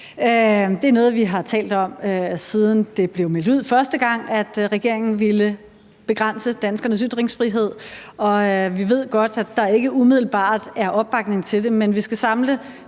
Det er noget, som vi har talt om, siden det første gang blev meldt ud, at regeringen ville begrænse danskernes ytringsfrihed, og vi ved godt, at der ikke umiddelbart er opbakning til det, men vi skal samle